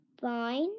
Fine